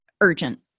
urgent